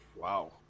Wow